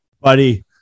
Buddy